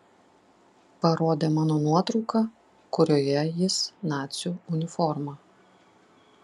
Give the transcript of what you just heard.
parodė mano nuotrauką kurioje jis nacių uniforma